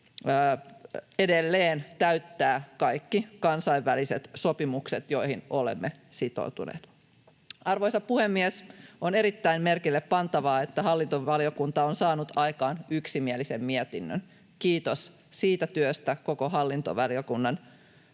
edelleen täyttää kaikki kansainväliset sopimukset, joihin olemme sitoutuneet. Arvoisa puhemies! On erittäin merkille pantavaa, että hallintovaliokunta on saanut aikaan yksimielisen mietinnön. Kiitos siitä työstä koko hallintovaliokunnan